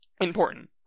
important